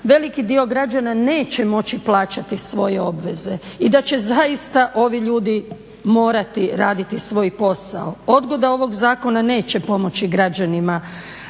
veliki dio građana neće moći plaćati svoje obveze i da će zaista ovi ljudi morati raditi svoj posao. Odgoda ovog Zakona neće pomoći građanima